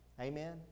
Amen